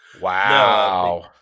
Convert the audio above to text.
Wow